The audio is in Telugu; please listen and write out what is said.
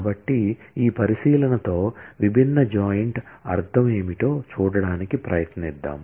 కాబట్టి ఈ పరిశీలనతో విభిన్న జాయింట్ అర్థం ఏమిటో చూడటానికి ప్రయత్నిద్దాం